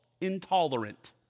intolerant